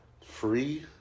free